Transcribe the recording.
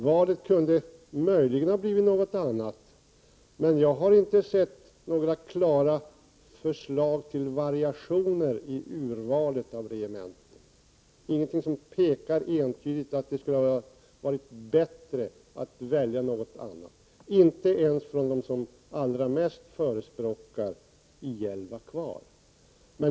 Valet kunde möjli gen ha blivit ett annat, men jag har inte sett några klara förslag till variationer i urvalet av regementen. Det finns ingenting som entydigt pekar på att det skulle ha varit bättre att välja några andra alternativ. Detta har inte ens framförts av dem som allra mest förespråkar att I 11 skall behållas.